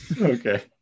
okay